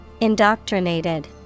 Indoctrinated